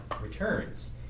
returns